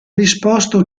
risposto